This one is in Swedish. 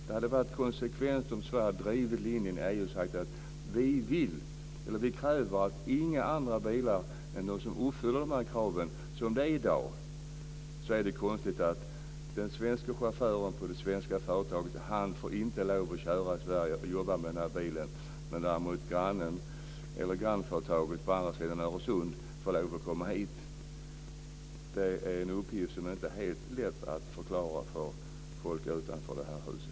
Det hade varit konsekvent om Sverige hade drivit sin linje i EU och sagt att vi kräver att inga andra bilar än de som uppfyller våra krav får köra i Som det är i dag är det konstigt. Den svenske chauffören på det svenska företaget får inte lov att köra i Sverige och jobba i bilen. Men däremot får grannen och grannföretaget på andra sidan Öresund lov att komma hit. Det är en uppgift som det inte är helt lätt att förklara för folk utanför det här huset.